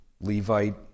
Levite